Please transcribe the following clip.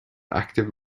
active